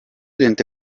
dente